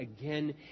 again